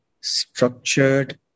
structured